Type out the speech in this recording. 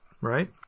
right